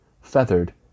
feathered